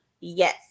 Yes